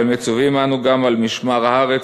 ומצווים אנו גם על משמר הארץ,